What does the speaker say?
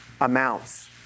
amounts